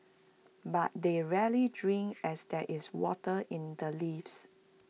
but they rarely drink as there is water in the leaves